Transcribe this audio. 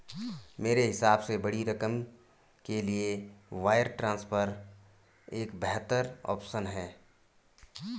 मेरे हिसाब से बड़ी रकम के लिए वायर ट्रांसफर एक बेहतर ऑप्शन है